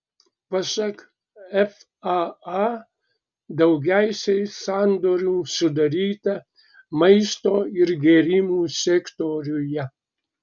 pasak faa daugiausiai sandorių sudaryta maisto ir gėrimų sektoriuje